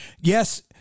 Yes